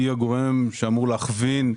אין לנו ביטוחים,